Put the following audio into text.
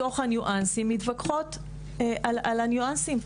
בתוך הניואנסים, מתווכחות על הניואנסים.